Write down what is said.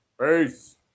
Peace